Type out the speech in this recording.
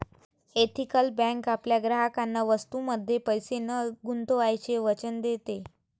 ethical bank आपल्या ग्राहकांना वस्तूंमध्ये पैसे न गुंतवण्याचे वचन देते